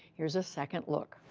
here's a second look